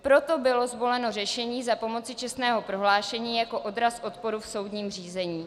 Proto bylo zvoleno řešení za pomoci čestného prohlášení jako odraz odporu v soudním řízení.